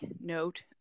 note